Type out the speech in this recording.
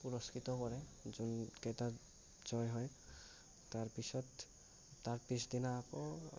পুৰস্কৃত কৰে যোনকেইটাত জয়ী হয় তাৰ পিছত তাৰ পিছদিনা আকৌ